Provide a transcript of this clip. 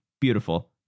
beautiful